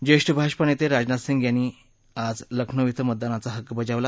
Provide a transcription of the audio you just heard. ज्येष्ठ भाजपा नेते राजनाथ सिंग यांनी लखनौ क्वें मतदानाला हक्क बजावला